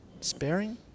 sparing